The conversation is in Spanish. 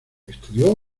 estudió